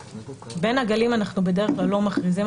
בין הגלים אנחנו בדרך כלל לא מכריזים,